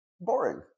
Boring